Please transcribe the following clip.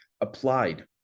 applied